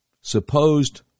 supposed